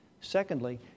Secondly